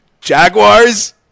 Jaguars